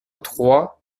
trois